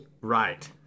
Right